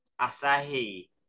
asahi